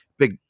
Big